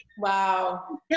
wow